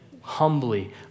humbly